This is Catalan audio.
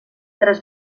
tres